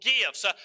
gifts